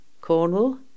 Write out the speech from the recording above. Cornwall